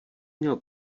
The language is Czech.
měl